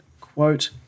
quote